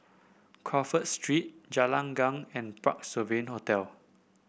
Crawford Street Jalan Gelegar and Parc Sovereign Hotel